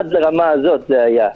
עד לרמה הזאת זה היה.